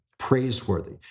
praiseworthy